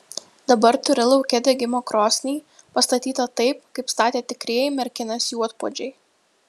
dabar turi lauke degimo krosnį pastatytą taip kaip statė tikrieji merkinės juodpuodžiai